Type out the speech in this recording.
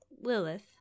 Lilith